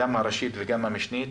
גם הראשית וגם המשנית,